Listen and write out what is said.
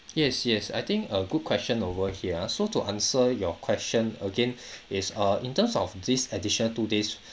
yes yes I think a good question over here so to answer your question again is err in terms of this additional two days